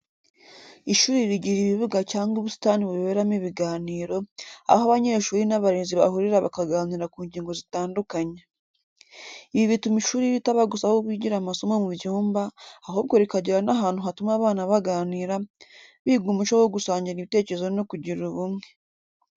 Ishuri rigira ibibuga cyangwa ubusitani buberamo ibiganiro, aho abanyeshuri n'abarezi bahurira bakaganira ku ngingo zitandukanye. Ibi bituma ishuri ritaba gusa aho bigira amasomo mu byumba, ahubwo rikagira n'ahantu hatuma abana baganira, biga umuco wo gusangira ibitekerezo no kugira ubumwe.